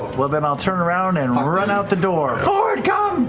well then, i'll turn around and run out the door. fjord, come,